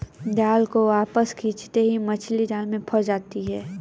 जाल को वापस खींचते ही मछली जाल में फंस जाती है